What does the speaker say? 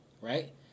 Right